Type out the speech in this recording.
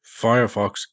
Firefox